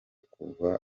kuva